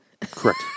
Correct